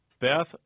Beth